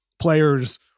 Players